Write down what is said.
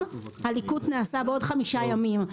היום, הליקוט נעשה בעוד חמישה ימים.